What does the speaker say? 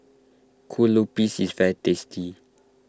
Kue Lupis is very tasty